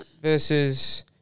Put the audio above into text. Versus